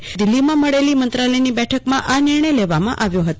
ગઈકાલે દિલ્હીમાં મળેલી મંત્રાલયની બેઠકમાં આ નિર્ણય લેવામાં આવ્યો હતો